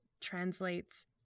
translates